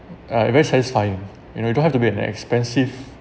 uh very satisfying you know don't have to be an expensive